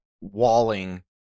walling